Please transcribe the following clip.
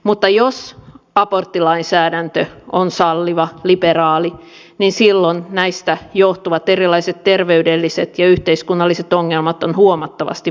mutta jos aborttilainsäädäntö on salliva liberaali niin silloin näistä johtuvat erilaiset terveydelliset ja yhteiskunnalliset ongelmat ovat huomattavasti vähäisempiä